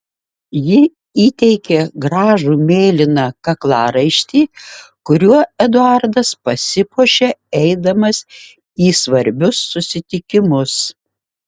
ji įteikė gražų mėlyną kaklaraištį kuriuo eduardas pasipuošia eidamas į svarbius susitikimus